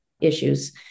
issues